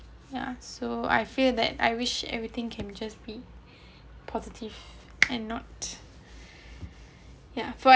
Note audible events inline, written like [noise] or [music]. ya so I fear that I wish everything can just be positive and not [breath] yeah for ex~